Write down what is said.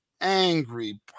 angry